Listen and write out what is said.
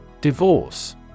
Divorce